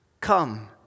come